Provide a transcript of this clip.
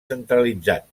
centralitzat